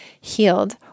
healed